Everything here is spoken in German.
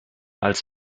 als